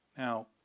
Now